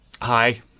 Hi